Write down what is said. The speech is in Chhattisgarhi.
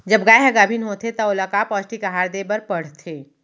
जब गाय ह गाभिन होथे त ओला का पौष्टिक आहार दे बर पढ़थे?